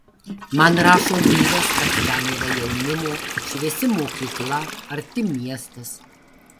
man rašo vyras kad ten yra jaunimo šviesi mokykla arti miestas